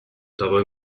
dabei